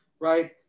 Right